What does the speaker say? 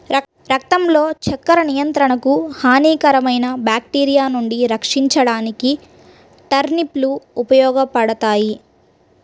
రక్తంలో చక్కెర నియంత్రణకు, హానికరమైన బ్యాక్టీరియా నుండి రక్షించడానికి టర్నిప్ లు ఉపయోగపడతాయి